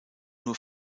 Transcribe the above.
nur